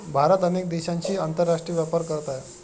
भारत अनेक देशांशी आंतरराष्ट्रीय व्यापार करत आहे